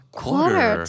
quarter